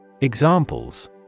Examples